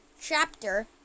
chapter